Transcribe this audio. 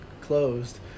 closed